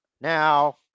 now